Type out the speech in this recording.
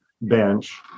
bench